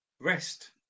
rest